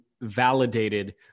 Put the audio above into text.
validated